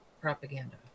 propaganda